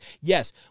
yes